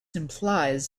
implies